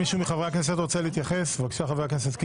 חבר הכנסת קיש, בבקשה.